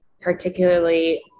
particularly